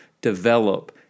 develop